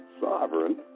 sovereign